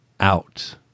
out